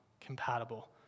compatible